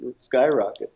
skyrocket